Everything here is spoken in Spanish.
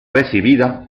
recibida